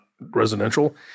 residential